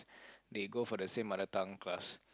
they go for the same mother tongue class